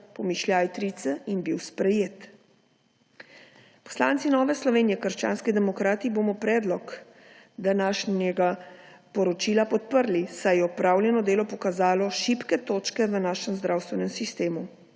ZJN-3C, in bil sprejet. Poslanci Nove Slovenije - krščanski demokrati bomo predlog današnjega poročila podprli, saj je opravljeno delo pokazalo šibke točke v našem zdravstvenem sistemu.